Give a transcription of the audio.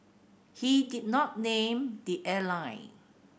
he did not name the airline